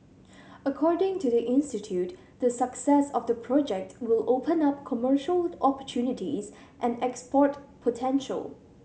according to the institute the success of the project will open up commercial opportunities and export potential